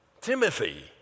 Timothy